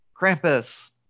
Krampus